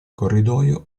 corridoio